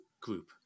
group